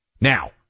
Now